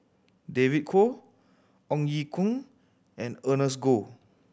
David Kwo Ong Ye Kung and Ernest Goh